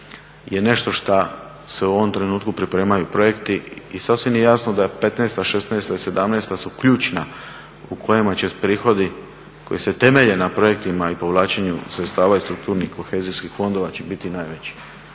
je nešto što se u ovom trenutku pripremaju projekti i sasvim je jasno da je '15., '16. i '17. su ključna u kojima će prihodi koji se temelje na projektima i povlačenju sredstava iz strukturnih kohezijskih fondova će biti najveći